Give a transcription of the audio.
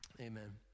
amen